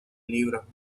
libros